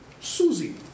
Susie